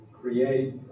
Create